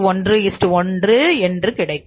311 என்று கிடைக்கும்